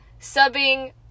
subbing